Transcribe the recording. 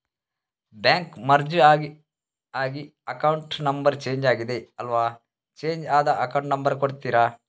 Bank merge ಆಗಿ account number change ಆಗಿದೆ ಅಲ್ವಾ, ಚೇಂಜ್ ಆದ ಅಕೌಂಟ್ ನಂಬರ್ ಕೊಡ್ತೀರಾ?